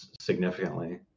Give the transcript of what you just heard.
significantly